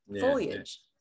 foliage